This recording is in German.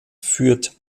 führt